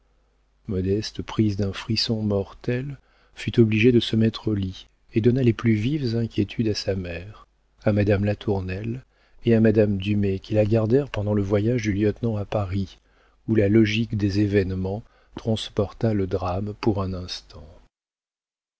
modeste prise d'un frisson mortel fut obligée de se mettre au lit et donna les plus vives inquiétudes à sa mère à madame latournelle et à madame dumay qui la gardèrent pendant le voyage du lieutenant à paris où la logique des événements transporta le drame pour un instant